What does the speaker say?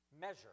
measure